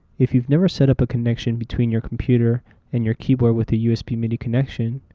if you've never set up a connection between your computer and your keyboard with a usb-midi connection,